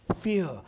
fear